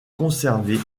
conservées